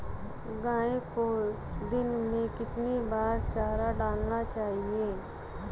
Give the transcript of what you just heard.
गाय को दिन में कितनी बार चारा डालना चाहिए?